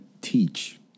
teach